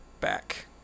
back